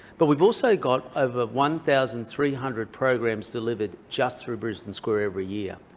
but we've also got over one thousand three hundred programs delivered just through brisbane square every year.